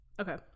Okay